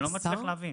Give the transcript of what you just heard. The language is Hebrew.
אני לא מצליח להבין.